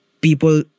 people